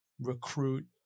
recruit